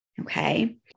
Okay